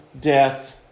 death